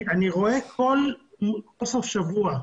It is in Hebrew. אני רואה כל סוף שבוע,